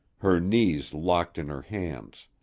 her knees locked in her hands.